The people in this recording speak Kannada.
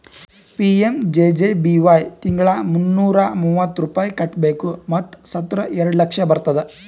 ಪಿ.ಎಮ್.ಜೆ.ಜೆ.ಬಿ.ವೈ ತಿಂಗಳಾ ಮುನ್ನೂರಾ ಮೂವತ್ತು ರೂಪಾಯಿ ಕಟ್ಬೇಕ್ ಮತ್ ಸತ್ತುರ್ ಎರಡ ಲಕ್ಷ ಬರ್ತುದ್